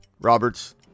Roberts